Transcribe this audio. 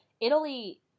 Italy